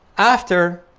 after,